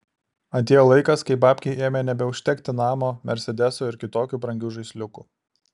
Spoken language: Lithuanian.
atėjo laikas kai babkei ėmė nebeužtekti namo mersedeso ir kitokių brangių žaisliukų